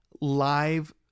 live